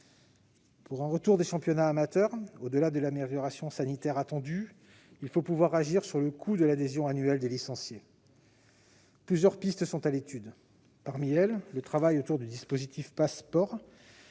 Pour qu'un retour des championnats amateurs soit possible, au-delà de l'amélioration sanitaire attendue, il faut être en mesure d'agir sur le coût de l'adhésion annuelle des licenciés. Plusieurs pistes sont à l'étude. Parmi elles, on peut citer le travail autour du dispositif Pass'Sport,